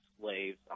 slaves